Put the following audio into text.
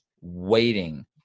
waiting